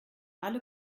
alle